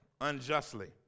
unjustly